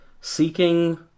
seeking